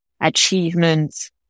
achievements